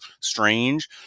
strange